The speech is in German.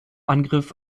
angriff